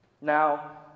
Now